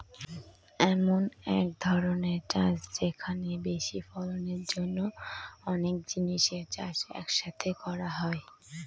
এমন এক ধরনের চাষ যেখানে বেশি ফলনের জন্য অনেক জিনিসের চাষ এক সাথে করা হয়